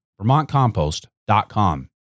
VermontCompost.com